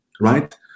right